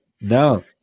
no